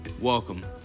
Welcome